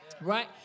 right